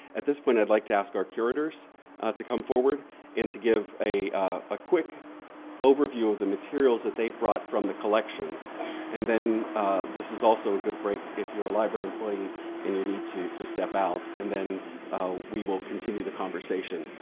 at this point, i would like to ask our courtiers to come forward and to give a a quick overview of the materials that they've brought from the collections and then this is also a good break, if you are a library employee and need to to step out, and then we will continue the conversation.